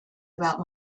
about